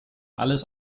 alles